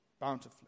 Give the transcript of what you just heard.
bountifully